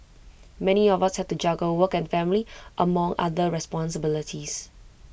many of us have to juggle work and family among other responsibilities